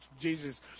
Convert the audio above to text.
Jesus